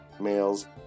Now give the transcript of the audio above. males